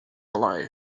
alive